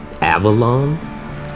Avalon